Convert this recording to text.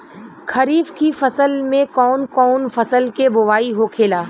खरीफ की फसल में कौन कौन फसल के बोवाई होखेला?